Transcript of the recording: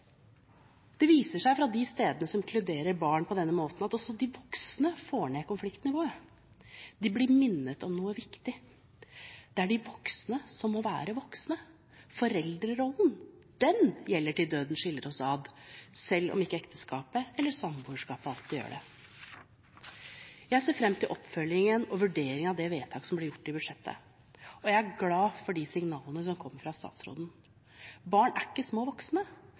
Det viser seg fra de stedene som inkluderer barn på denne måten, at også de voksne får ned konfliktnivået, de blir minnet om noe viktig. Det er de voksne som må være voksne. Foreldrerollen gjelder til døden skiller oss ad, selv om ikke ekteskapet eller samboerskapet alltid gjør det. Jeg ser fram til oppfølgingen og vurderingen av det vedtaket som ble gjort i forbindelse med budsjettet, og jeg er glad for de signalene som kommer fra statsråden. Barn er ikke små voksne,